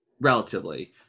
relatively